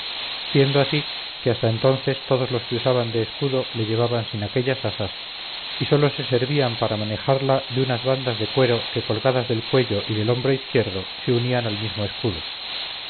siendo así que hasta entonces todos los que usaban de escudo le llevaban sin aquellas asas y sólo se servían para manejarla de unas bandas de cuero que colgadas del cuello y del hombro izquierdo se unían al mismo escudo